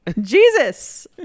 Jesus